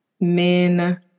men